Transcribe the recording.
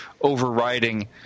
overriding